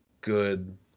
good